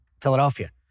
Philadelphia